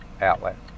outlet